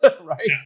Right